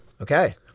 Okay